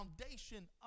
foundation